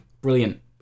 Brilliant